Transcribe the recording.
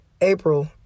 April